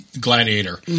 Gladiator